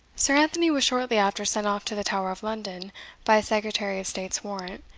sir anthony was shortly after sent off to the tower of london by a secretary of state's warrant,